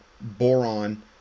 boron